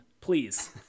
please